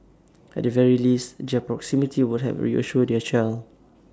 at the very least proximity would help reassure their child